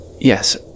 Yes